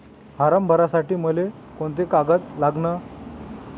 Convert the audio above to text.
Form भरासाठी मले कोंते कागद लागन?